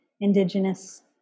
indigenous